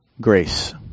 grace